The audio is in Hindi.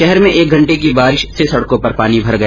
शहर में एक घंटे की बारिश से ् सड़कों पर पानी भर गया